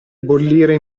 bollire